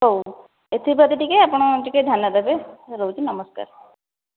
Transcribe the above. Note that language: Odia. ହେଉ ଏଥିପ୍ରତି ଟିକେ ଆପଣ ଟିକେ ଧ୍ୟାନ ଦେବେ ରହୁଛି ନମସ୍କାର